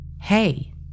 hey